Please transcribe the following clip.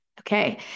Okay